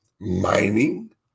mining